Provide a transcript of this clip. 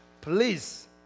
Please